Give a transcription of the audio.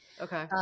Okay